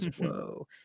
whoa